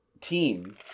team